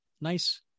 nice